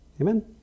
Amen